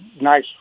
nice